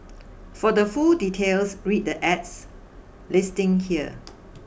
for the full details read the ad's listing here